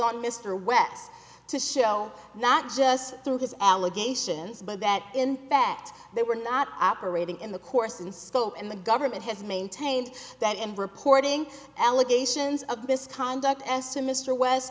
on mr west to show not just through his allegations but that in fact they were not operating in the course in scope and the government has maintained that and reporting allegations of misconduct as to mr west